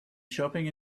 shopping